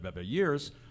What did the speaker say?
years